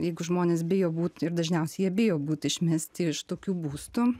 jeigu žmonės bijo būt ir dažniausiai jie bijo būt išmesti iš tokių būstų